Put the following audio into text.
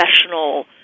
professional